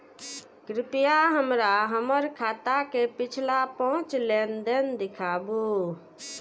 कृपया हमरा हमर खाता के पिछला पांच लेन देन दिखाबू